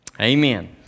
Amen